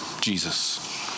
Jesus